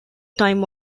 time